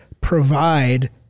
provide